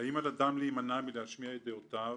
האם על אדם להימנע מלהשמיע את דעותיו,